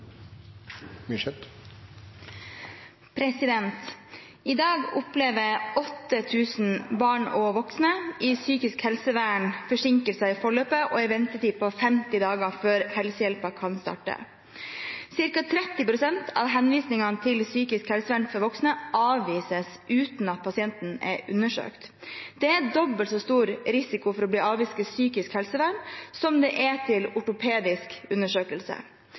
ventetid på 50 dager før helsehjelpen kan starte. Cirka 30 prosent av henvisningene til psykisk helsevern for voksne avvises uten at pasienten er undersøkt. Det er dobbelt så stor risiko for å bli avvist i psykisk helsevern som til ortopedisk undersøkelse.